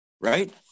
right